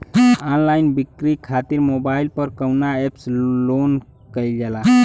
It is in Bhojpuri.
ऑनलाइन बिक्री खातिर मोबाइल पर कवना एप्स लोन कईल जाला?